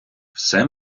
все